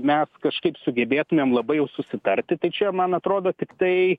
mes kažkaip sugebėtumėm labai jau susitarti tai čia man atrodo tiktai